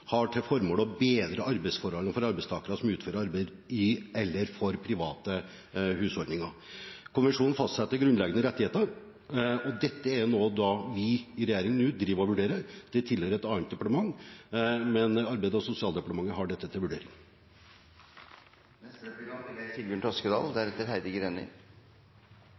har til formål å bedre arbeidsforholdene for arbeidstakere som utfører arbeid i eller for private husholdninger. Konvensjonen fastsetter grunnleggende rettigheter, og dette er noe vi i regjering nå holder på å vurdere. Det tilhører et annet departement, men Arbeids- og sosialdepartementet har dette til vurdering. Jeg er